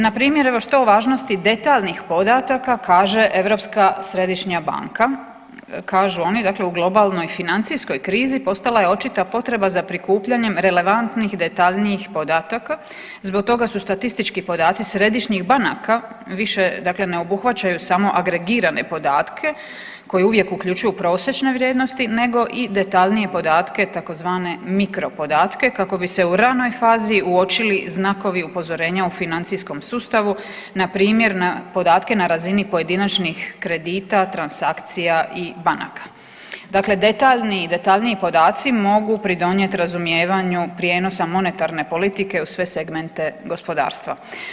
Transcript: Npr. evo što o važnosti detaljnih podataka kaže Europska središnja banka, kažu oni dakle u globalnoj financijskoj krizi postala je očita potreba za prikupljanjem relevantnih i detaljnijih podataka, zbog toga su statistički podaci središnjih banaka više dakle ne obuhvaćaju samo agregirane podatke koji uvijek uključuju prosječne vrijednosti nego i detaljnije podatke tzv. mikro podatke, kako bi se u ranoj fazi uočili znakovi upozorenja u financijskom sustavu, npr. na podatke na razini pojedinačnih kredita, transakcija i banaka, dakle detaljni i detaljniji podaci mogu pridonijet razumijevanju prijenosa monetarne politike u sve segmente gospodarstva.